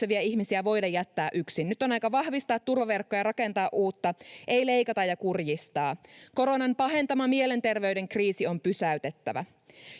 tarvitsevia ihmisiä voida jättää yksin. Nyt on aika vahvistaa turvaverkkoja ja rakentaa uutta, ei leikata ja kurjistaa. Koronan pahentama mielenterveyden kriisi on pysäytettävä.